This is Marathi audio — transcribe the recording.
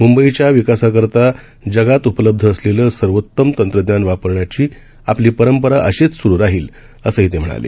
मुंबईच्या विकासासाठी जगात उपलब्ध असलेलं सर्वोत्म तंत्रज्ञान वापरण्याची आपली परंपरा अशीच सुरू राहिलं असंही ते म्हणाले